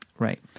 Right